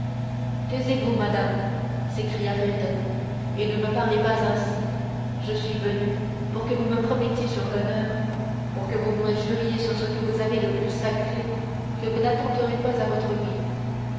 taisez-vous madame s'écria felton et ne me parlez pas ainsi je suis venu pour que vous me promettiez sur l'honneur pour que vous me juriez sur ce que vous avez de plus sacré que vous n'attenterez pas à votre vie